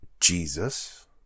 Jesus